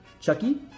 Chucky